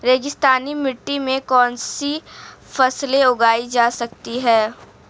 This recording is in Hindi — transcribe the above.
रेगिस्तानी मिट्टी में कौनसी फसलें उगाई जा सकती हैं?